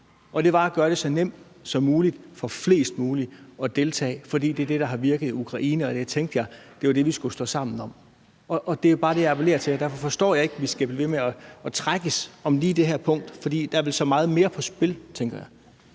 og det var at gøre det så nemt som muligt for flest mulige at deltage. For det er det, der har virket i forhold til Ukraine, og det tænkte jeg jo var det, vi skulle stå sammen om. Det er bare det, jeg appellerer til, og derfor forstår jeg ikke, at vi skal blive ved med at trækkes om lige det her punkt. For her er der så meget mere på spil, tænker jeg.